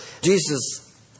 Jesus